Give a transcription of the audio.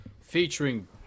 featuring